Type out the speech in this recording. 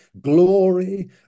glory